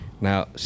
Now